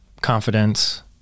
confidence